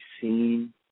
seen